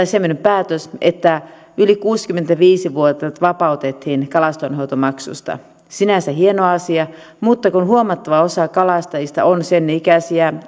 semmoinen päätös että yli kuusikymmentäviisi vuotiaat vapautettiin kalastonhoitomaksusta sinänsä hieno asia mutta kun huomattava osa kalastajista on sen ikäisiä